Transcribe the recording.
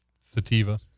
Sativa